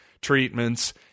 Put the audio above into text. treatments